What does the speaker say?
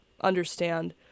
understand